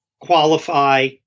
qualify